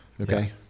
Okay